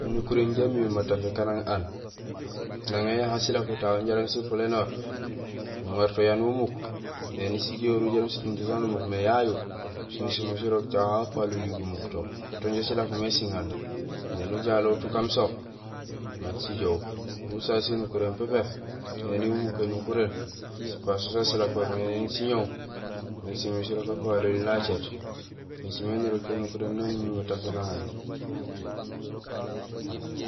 Ēnukuréén inja amiir matafé kanang aan. Nang éyaha silako tahu jaraam sipulénoor, nuŋaar to yanuur umuk, éni sijahorul jaraam sitiiŋ to taan umuk mé yayu, sin simiir sirok tahu apalolil gumuk to, to inja silakomé siŋaan, éni ujaloot ukaam so, mat sijoow, bu sasu sinukuréén pépé, éni umuk énukuréén, sipaso san silakohoor mé, éni sigoow, sén simiir sirok apaloli nacéét. Ēcimé nirok énukuréén namimirr matafé nang aan.